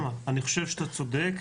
איתמר, אני חושב שאתה צודק.